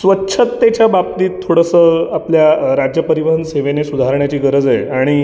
स्वच्छत्तेच्या बाबतीत थोडंसं आपल्या राज्य परिवहन सेवेने सुधारण्याची गरज आहे आणि